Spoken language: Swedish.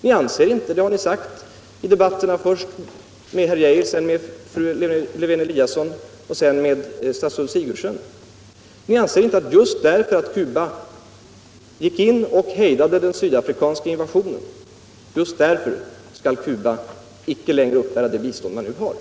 Ni har i debauen först med herr Arne Geijer i Stockholm, sedan med fru Lewén-Eliasson och direfter med stadsrådet Sigurdsen sagt, att ni anser att det förhållandet att Cuba ingrep och hejdade den sydafrikanska invasionen skall medföra att Cuba inte längre skall uppbära det bistånd som man nu har.